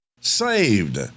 Saved